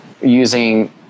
using